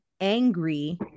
angry